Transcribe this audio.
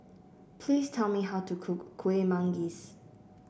please tell me how to cook Kuih Manggis